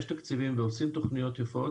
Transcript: יש תקציבים ועושים תכניות יפות